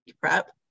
prep